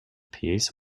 piece